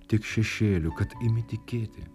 tiek šešėlių kad imi tikėti